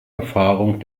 erfahrung